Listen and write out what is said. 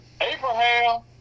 Abraham